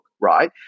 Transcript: right